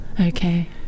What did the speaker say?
okay